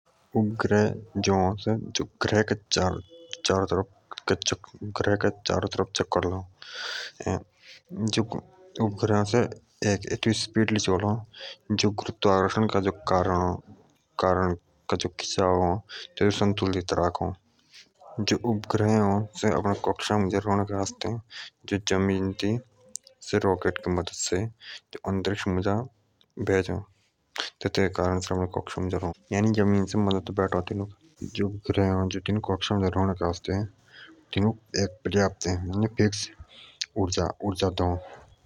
उपग्रह जे अ से ग्रह के चारों तरह चक्र लव जो उपग्रह अ से अपने स्पीड मुजा घूमो गुरुत्वाकर्षण के कारण थे थोक संतुलित रखो जो उपग्रह से आपने कक्षा मुजा रहे नो के आस्थे थे थोक जमीन डी मदद बैटौ जमीन डी तीनोंक उर्जा बैठ तो।